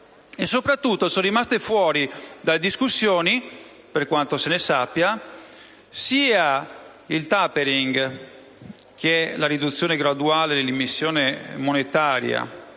soprattutto, sono rimaste fuori dalle discussioni - per quanto se ne sappia - sia il *tapering* (che è la riduzione graduale dell'immissione monetaria,